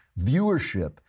viewership